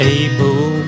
able